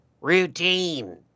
Routine